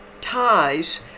ties